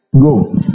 Go